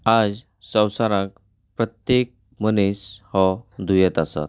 आयज संवसारांत प्रत्येक मनीस हो दुयेंत आसा